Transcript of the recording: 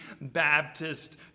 Baptist